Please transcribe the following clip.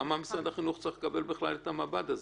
למה משרד החינוך צריך לקבל בכלל את המב"ד הזה?